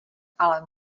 ale